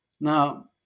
Now